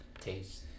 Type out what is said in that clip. taste